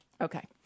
Okay